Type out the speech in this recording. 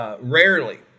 Rarely